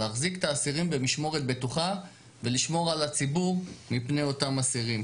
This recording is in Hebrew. להחזיק את האסירים במשמורת בטוחה ולשמור על הציבור מפני אותם אסירים.